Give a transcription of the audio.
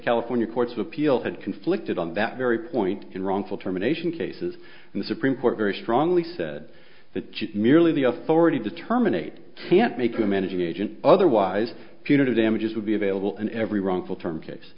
california courts of appeal had conflicted on that very point in wrongful termination cases and the supreme court very strongly said that merely the of for ready to terminate can't make them energy agent otherwise punitive damages would be available in every wrongful term case